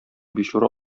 бичура